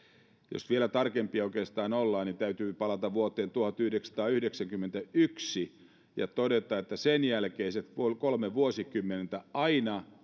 jos vielä tarkempia oikeastaan ollaan niin täytyy palata vuoteen tuhatyhdeksänsataayhdeksänkymmentäyksi ja todeta että sen jälkeiset kolme vuosikymmentä aina